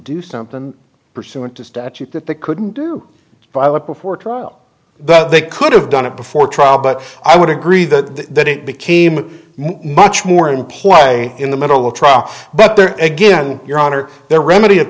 do something pursuant to statute that they couldn't do by law before trial that they could have done it before trial but i would agree that that it became much more in play in the middle of triumph but there again your honor there remedy at